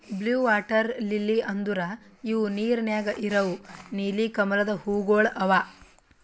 blue water lily ಅಂದುರ್ ಇವು ನೀರ ನ್ಯಾಗ ಇರವು ನೀಲಿ ಕಮಲದ ಹೂವುಗೊಳ್ ಅವಾ